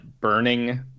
burning